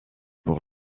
pour